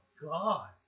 God